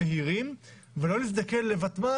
מהיר וזאת על מנת שלא נחזור כל כמה שנים לנושא ותמ"ל,